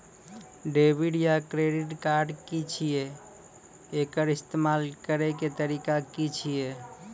Debit या credit card की छियै? एकर इस्तेमाल करैक तरीका की छियै?